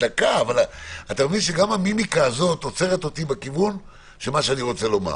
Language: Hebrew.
אתה מבין שגם המימיקה הזאת עוצרת אותי בכיוון של מה שאני רוצה לומר.